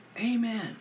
Amen